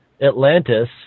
Atlantis